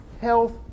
health